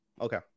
Okay